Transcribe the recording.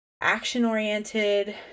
action-oriented